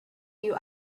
you